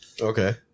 Okay